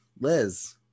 liz